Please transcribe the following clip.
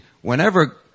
whenever